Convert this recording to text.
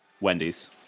Wendy's